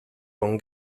con